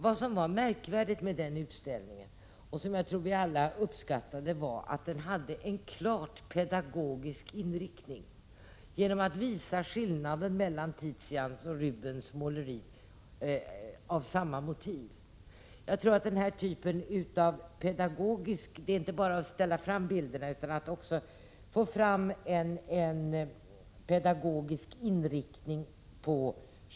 Vad som var märkvärdigt med den utställningen — och som jag tror att vi alla uppskattade — var att den hade en klar pedagogisk inriktning genom att den visade skillnaden mellan Tizians och Rubens måleri av samma motiv. Det är i sådana sammanhang inte bara att hänga fram bilderna, utan det gäller också att få fram en pedagogisk inriktning.